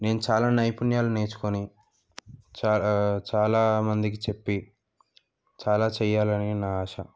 నేను చాలా నైపుణ్యాలు నేర్చుకొని చాలా మందికి చెప్పి చాలా చెయ్యాలని నా ఆశ